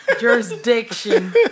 Jurisdiction